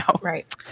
Right